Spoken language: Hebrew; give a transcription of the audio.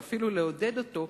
ואפילו לעודד אותו,